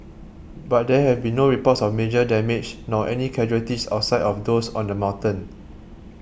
but there have been no reports of major damage nor any casualties outside of those on the mountain